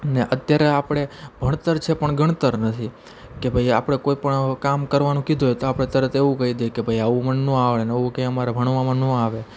ને અત્યારે આપણે ભણતર છે પણ ગણતર નથી કે ભાઈ આપણે કોઈ પણ કામ કરવાનું કીધું હોય તો તરત આપણે એવું કહી દઈએ કે આવું મને ન આવડે આવું કંઇ અમારે ભણવામાં ન આવે